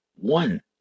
one